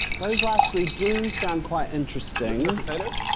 those last three do sound quite interesting. the potatoes?